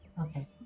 Okay